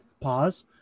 pause